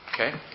Okay